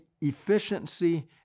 efficiency